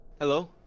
Hello